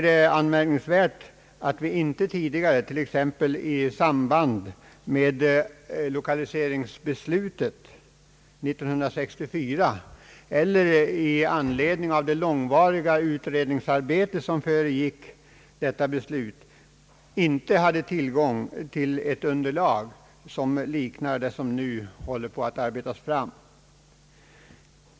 Det är anmärkningsvärt att vi inte tidigare, t.ex. i samband med lokaliseringsbeslutet år 1964 eller i anledning av det långvariga utredningsarbete som föregick detta beslut, haft tillgång till ett underlag som liknar det som nu håller på att arbetas fram.